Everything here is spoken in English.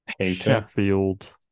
Sheffield